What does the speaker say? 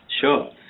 Sure